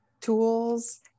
tools